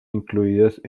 incluidas